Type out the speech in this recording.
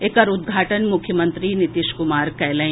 एकर उद्घाटन मुख्यमंत्री नीतीश कुमार कयलनि